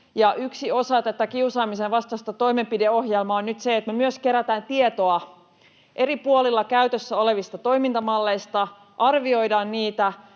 yksi osa tätä kiusaamisen vastaista toimenpideohjelmaa on nyt se, että me myös kerätään tietoa eri puolilla käytössä olevista toimintamalleista, arvioidaan niitä,